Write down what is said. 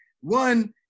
one